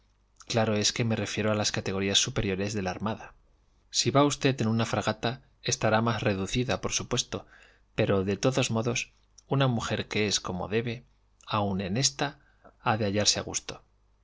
claro es que me refiero a las categorías superiores de la armada si va usted en una fragata estará más reducida por supuesto pero de todos modos una mujer que es como debe aun en ésta ha de hallarse a gusto